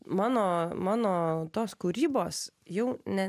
mano mano tos kūrybos jau ne